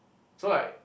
so like